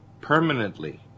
permanently